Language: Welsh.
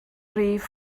rhif